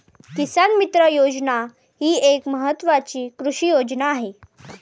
किसान मित्र योजना ही एक महत्वाची कृषी योजना आहे